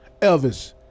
Elvis